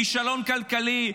כישלון כלכלי,